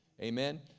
Amen